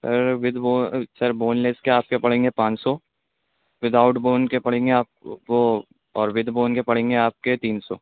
sir with bone sir boneless کے آپ کے پڑیں گے پانچ سو ود آؤٹ بون کے پڑیں گے آپ کو اور وتھ بون کے پڑیں گے آپ کے تین سو